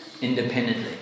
independently